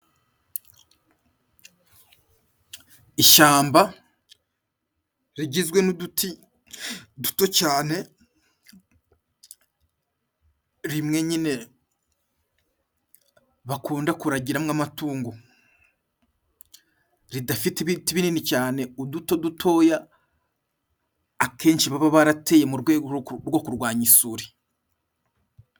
Ishyamba rigizwe n'uduti duto cyane, rimwe nyine bakunda kuragiramo amatungo; ridafite ibiti binini cyane. Uduti dutoya cyane akenshi baba barateye mu rwego rwo kurwanya isuri.